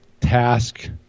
task